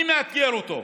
אני מאתגר אותו,